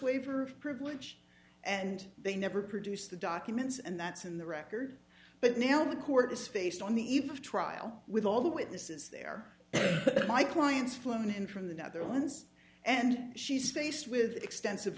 waiver privilege and they never produce the documents and that's in the record but now the court is faced on the eve of trial with all the witnesses there my clients flown in from the netherlands and she's faced with extensive